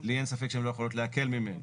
לי אין ספק שהן לא יכולות להקל ממנו.